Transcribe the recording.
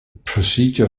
procedure